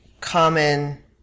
common